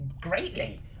greatly